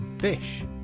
Fish